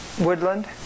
Woodland